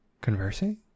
conversing